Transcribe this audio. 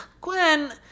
Gwen